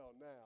now